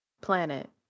planet